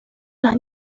las